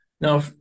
Now